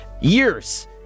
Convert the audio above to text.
years